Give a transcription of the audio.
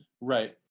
Right